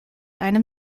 einem